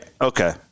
okay